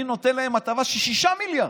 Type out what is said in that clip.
אני נותן להם הטבה של 6 מיליארד,